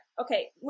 Okay